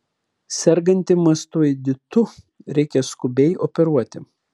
sergantį mastoiditu reikia skubiai operuoti